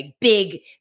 big